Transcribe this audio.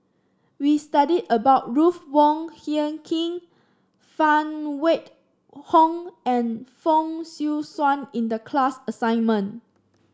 we study about Ruth Wong Hie King Phan Wait Hong and Fong Swee Suan in the class assignment